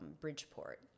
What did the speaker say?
Bridgeport